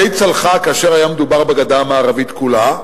די צלחה כאשר היה מדובר בגדה המערבית כולה,